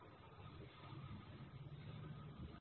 संदर्भ rowhammer armour रोखण्यासाठी hardware solution Rowhammer